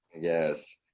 Yes